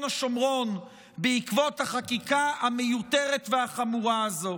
השומרון בעקבות החקיקה המיותרת והחמורה הזו.